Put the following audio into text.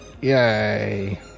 Yay